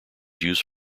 used